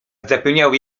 zapełniały